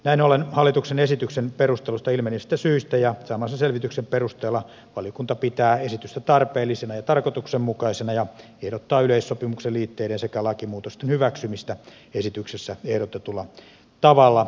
näin ollen hallituksen esityksen perusteluista ilmenevistä syistä ja saamansa selvityksen perusteella valiokunta pitää esitystä tarpeellisena ja tarkoituksenmukaisena ja ehdottaa yleissopimuksen liitteiden sekä lakimuutosten hyväksymistä esityksessä ehdotetulla tavalla